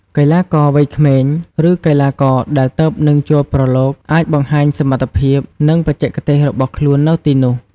កីឡាករវ័យក្មេង ឬកីឡាករដែលទើបនឹងចូលប្រឡូក អាចបង្ហាញសមត្ថភាព និងបច្ចេកទេសរបស់ខ្លួននៅទីនោះ។